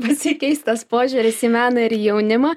pasikeis tas požiūris į meną ir į jaunimą